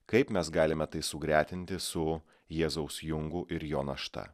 kaip mes galime tai sugretinti su jėzaus jungu ir jo našta